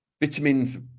vitamins